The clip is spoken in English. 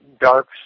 dark